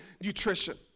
nutrition